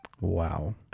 wow